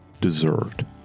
deserved